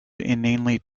inanely